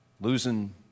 losing